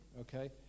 Okay